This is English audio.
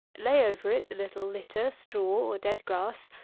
lay over it a little litter, straw, or dead grass,